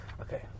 Okay